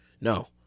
No